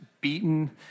beaten